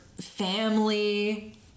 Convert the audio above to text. family